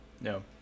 No